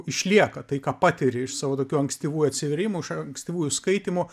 išlieka tai ką patiri iš savo tokių ankstyvų atsivėrimų iš ankstyvųjų skaitymų